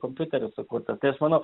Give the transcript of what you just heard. kompiuteriu sukurtas tai aš manau